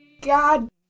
God